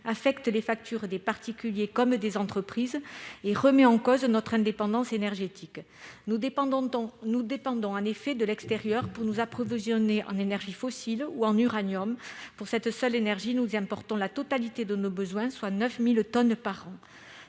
affecte les factures des particuliers et des entreprises, et remet en cause notre indépendance énergétique. Nous dépendons en effet de l'extérieur pour nous approvisionner en énergies fossiles et en uranium, dont nous importons la totalité de nos besoins, soit 9 000 tonnes par an.